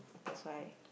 that's why